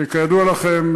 שכידוע לכם,